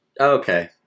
okay